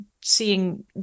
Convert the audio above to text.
seeing